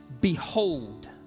Behold